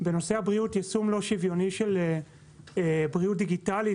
בנושא הבריאות יישום לא שוויוני של בריאות דיגיטלית